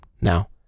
now